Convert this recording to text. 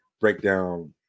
breakdown